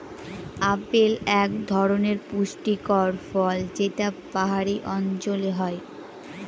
apple এক ধরনের পুষ্টিকর ফল যেটা পাহাড়ি অঞ্চলে হয়